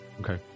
Okay